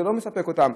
זה לא מספק אותם.